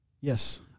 Yes